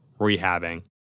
rehabbing